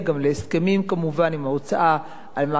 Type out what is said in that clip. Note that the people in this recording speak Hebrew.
עם ההוצאה על שיעור גבוה מכך,